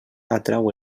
atrau